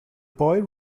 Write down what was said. boy